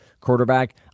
quarterback